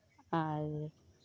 ᱟᱨ